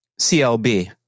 CLB